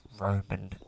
Roman